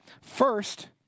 First